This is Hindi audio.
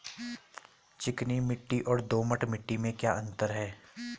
चिकनी मिट्टी और दोमट मिट्टी में क्या अंतर है?